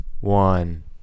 one